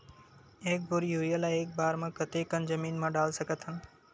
एक बोरी यूरिया ल एक बार म कते कन जमीन म डाल सकत हन?